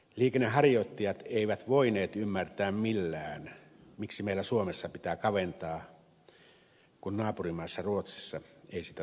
liikenteenharjoittajat eivät voineet ymmärtää millään miksi meillä suomessa pitää kaventaa kun naapurimaassa ruotsissa ei sitä tarvinnut tehdä